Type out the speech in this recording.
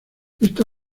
esta